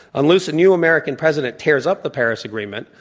unless a new american president tears up the paris agreement,